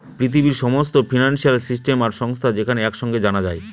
পৃথিবীর সমস্ত financial system আর সংস্থা যেখানে এক সাঙে জানা যায়